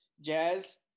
Jazz